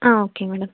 ah okay madam